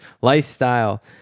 lifestyle